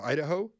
Idaho